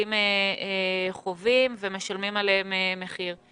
שהילדים חווים ומשלמים עליהם מחיר.